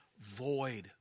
void